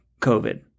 COVID